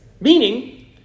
Meaning